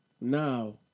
Now